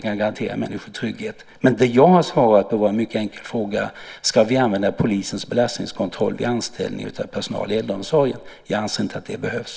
Men det som jag har svarat på var en mycket enkel fråga: Ska vi använda polisens belastningskontroll vid anställning av personal i äldreomsorgen? Jag anser inte att det behövs.